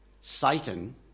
Satan